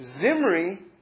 Zimri